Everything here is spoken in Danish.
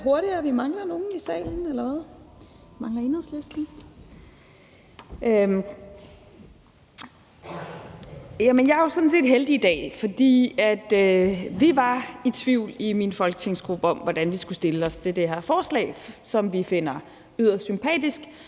set heldig i dag, for vi var i min folketingsgruppe i tvivl om, hvordan vi skulle stille os til det her forslag, som vi finder yderst sympatisk,